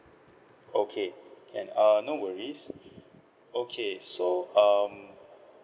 okay can err no worries okay so um